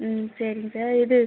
ம் சரிங்க சார் இது